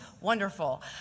wonderful